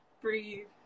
Breathe